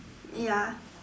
ya